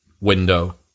window